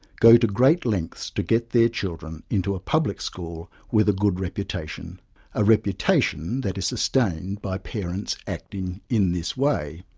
go to great lengths to get their children into a public school with a good reputation a reputation that is sustained by parents acting in this way.